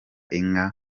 inka